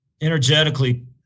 Energetically